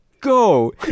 Go